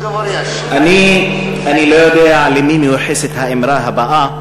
אני לא יודע למי מיוחסת האמרה הבאה,